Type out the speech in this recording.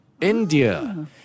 India